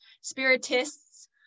spiritists